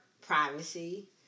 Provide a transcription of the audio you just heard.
privacy